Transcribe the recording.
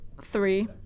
Three